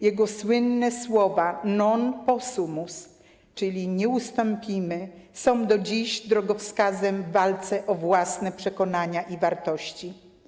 Jego słynne słowa „non possumus” (nie ustąpimy) są do dziś drogowskazem w walce o własne przekonania i wartości.